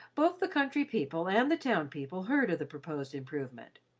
both the country people and the town people heard of the proposed improvement.